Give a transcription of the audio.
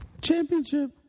Championship